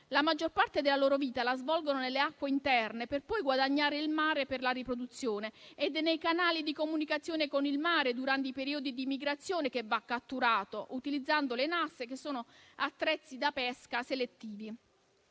La maggior parte della loro vita la svolgono nelle acque interne, per poi guadagnare il mare per la riproduzione. È nei canali di comunicazione con il mare, durante i periodi di migrazione, che va catturato, utilizzando le nasse, che sono attrezzi da pesca selettivi.